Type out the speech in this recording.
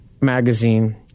magazine